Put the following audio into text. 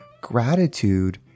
gratitude